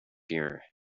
here